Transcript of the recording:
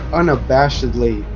unabashedly